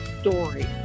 story